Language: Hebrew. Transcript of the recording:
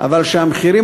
אבל שהמחירים,